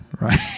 right